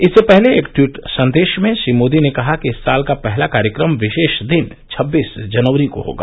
इससे पहले एक ट्वीट संदेश में श्री मोदी ने कहा कि इस साल का पहला कार्यक्रम विशेष दिन छब्बीस जनवरी को होगा